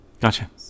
Gotcha